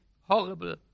horrible